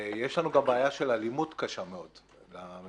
יש לנו בעיה של אלימות קשה מאוד למבקרים,